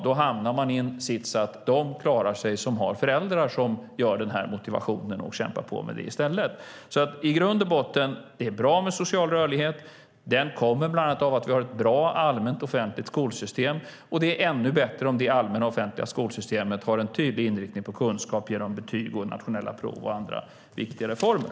Då hamnar man i den sitsen att de som har föräldrar som står för den här motivationen och kämpar på med det klarar sig. I grund och botten är det bra med social rörlighet. Den uppstår bland annat genom att vi har ett bra, allmänt, offentligt skolsystem, och det är ännu bättre om det allmänna, offentliga skolsystemet har en tydlig inriktning på kunskap genom betyg, nationella prov och andra viktiga reformer.